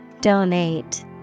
Donate